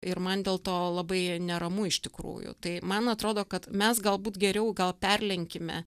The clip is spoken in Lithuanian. ir man dėl to labai neramu iš tikrųjų tai man atrodo kad mes galbūt geriau gal perlenkime